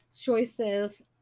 choices